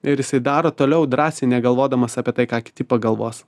ir jisai daro toliau drąsiai negalvodamas apie tai ką kiti pagalvos